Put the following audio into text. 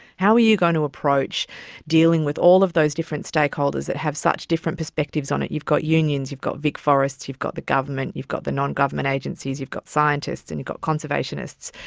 how are you going to approach dealing with all of those different stakeholders that have such different perspectives on it? you've got unions, you've got vicforests, you've got the government, you've got the non-government agencies, you've got scientists, and you've got conservationists,